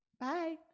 bye